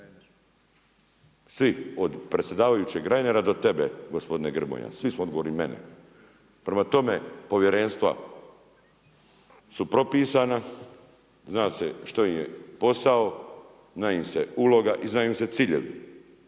Svi od predsjedavajućeg Reiner do tebe gospodine Grmoja, svi smo odgovorni i mene. Prema tome, povjerenstva su propisana, zna se što im je posao, zna im se uloga i znaju im se ciljevi.